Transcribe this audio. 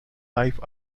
life